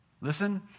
Listen